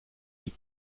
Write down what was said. die